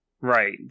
Right